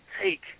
take